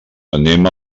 anem